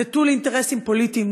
נטול אינטרסים פוליטיים,